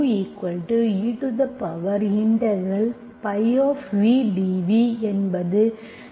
μeϕdv என்பது இன்டெகிரெட்பாக்டர் ஆகும்